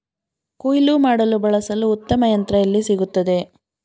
ಕುಯ್ಲು ಮಾಡಲು ಬಳಸಲು ಉತ್ತಮ ಯಂತ್ರ ಎಲ್ಲಿ ಸಿಗುತ್ತದೆ?